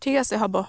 ঠিক আছে হ'ব